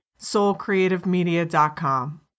soulcreativemedia.com